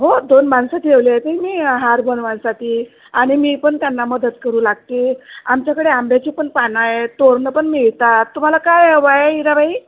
हो दोन माणसं ठेवले आहे ते मी हार बनवासाठी आणि मी पण त्यांना मदत करू लागते आमच्याकडे आंब्याची पण पानं आहे तोरणं पण मिळतात तुम्हाला काय वाया इराबाई